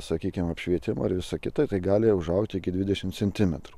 sakykime apšvietimo ir visa kita tai gali užaugti iki dvidešimt centimetrų